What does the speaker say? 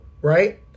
right